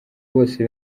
bose